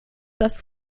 das